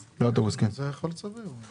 אמרתי, גם בהסכמי השכר.